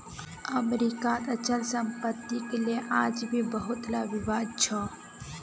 अमरीकात अचल सम्पत्तिक ले आज भी बहुतला विवाद छ